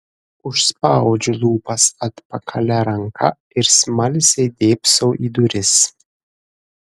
užspaudžiu lūpas atpakalia ranka ir smalsiai dėbsau į duris